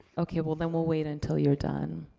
okay, well then we'll wait until you're done.